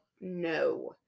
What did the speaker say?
no